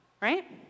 right